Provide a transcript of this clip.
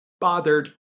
Bothered